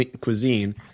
cuisine